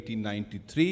1893